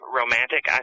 romantic